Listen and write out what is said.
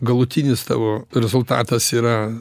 galutinis tavo rezultatas yra